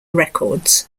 records